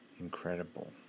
Incredible